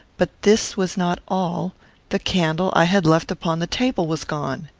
but this was not all the candle i had left upon the table was gone.